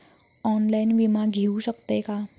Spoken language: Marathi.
ऑनलाइन विमा घेऊ शकतय का?